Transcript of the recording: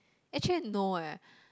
actually no eh